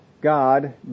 God